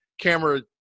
camera